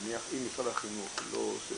נניח אם משרד החינוך לא עושה,